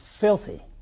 filthy